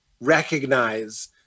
recognize